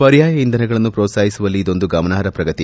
ಪರ್ಯಾಯ ಇಂಧನಗಳನ್ನು ಪ್ರೋತ್ಪಾಹಿಸುವಲ್ಲಿ ಇದೊಂದು ಗಮನಾರ್ಹ ಪ್ರಗತಿ